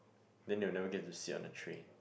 then they will never get to sit on the train